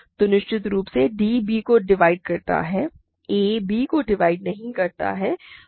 तो निश्चित रूप से d b को डिवाइड करता है a b को डिवाइड नहीं करता है